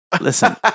Listen